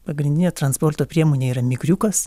pagrindinė transporto priemonė yra mikriukas